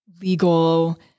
legal